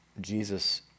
Jesus